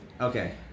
Okay